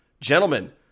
gentlemen